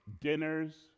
dinners